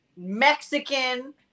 Mexican